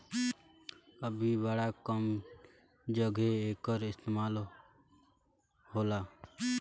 अभी बड़ा कम जघे एकर इस्तेमाल होला